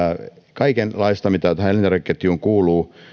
kaikenlaista mitä tähän elintarvikeketjuun kuuluu